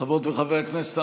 חברות וחברי הכנסת,